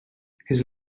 his